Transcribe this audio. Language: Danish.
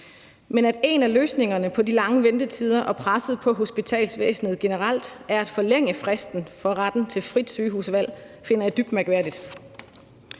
Men at en af løsningerne på de lange ventetider og presset på hospitalsvæsenet generelt er at forlænge fristen for retten til frit sygehusvalg, finder jeg dybt mærkværdigt.